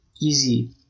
easy